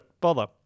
bother